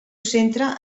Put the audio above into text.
centre